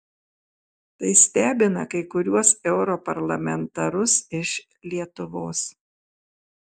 tai stebina kai kuriuos europarlamentarus iš lietuvos